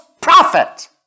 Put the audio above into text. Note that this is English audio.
prophet